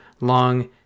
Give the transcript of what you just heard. long